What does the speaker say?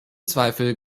zweifel